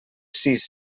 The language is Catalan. sis